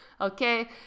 okay